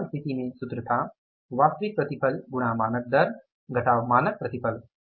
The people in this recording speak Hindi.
सामान्य स्थिति में सूत्र था वास्तविक प्रतिफल गुणा मानक दर मानक प्रतिफल